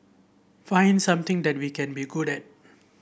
find something that we can be good at